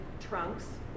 trunks